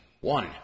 One